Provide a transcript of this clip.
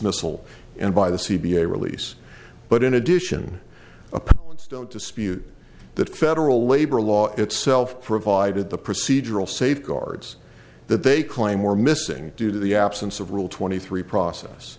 missal and by the c b a release but in addition i don't dispute that federal labor law itself provided the procedural safeguards that they claim were missing due to the absence of rule twenty three process